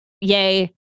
Yay